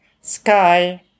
sky